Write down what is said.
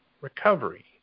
recovery